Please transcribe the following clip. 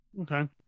Okay